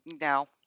no